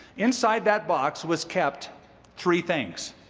inside that box was kept three things